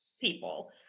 people